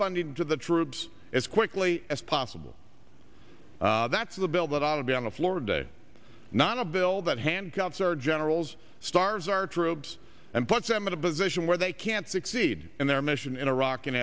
funding to the troops as quickly as possible that's the bill that ought to be on the floor today not a bill that handcuffs our generals stars our troops and puts them in a position where they can succeed and their mission in iraq and